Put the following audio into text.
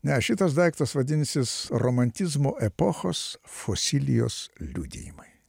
ne šitas tas daiktas vadinsis romantizmo epochos fosilijos liudijimai